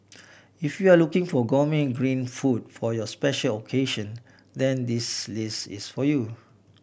if you are looking for gourmet green food for your special occasion then this list is for you